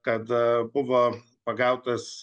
kad buvo pagautas